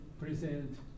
present